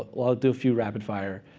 ah i'll do a few rapid fire.